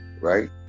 right